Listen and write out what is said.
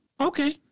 Okay